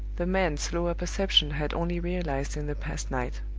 the man's slower perception had only realized in the past night.